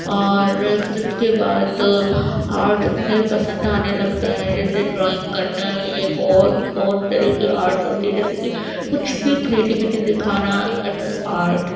اور پھر اس کے بعد آرٹ انہیں پسند آنے لگتا ہے جیسے ڈرائنگ کرنا یہ وہ اور بھی بہت طریقے آرٹس ہوتی جیسے کہ کچھ بھی کریٹیویٹی دکھانا اٹس آرٹ